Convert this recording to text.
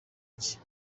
cye